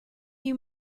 you